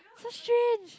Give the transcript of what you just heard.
just change